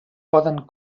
poden